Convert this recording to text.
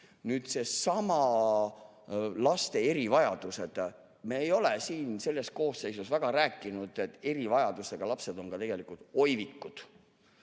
Nüüd seesama laste erivajaduste [teema]. Me ei ole siin selles koosseisus väga rääkinud, et erivajadusega lapsed on tegelikult ka oivikud